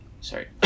sorry